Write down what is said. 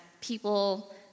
people